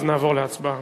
ואז נעבור להצבעה.